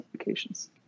applications